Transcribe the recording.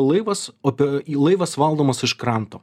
laivas ope į laivas valdomas iš kranto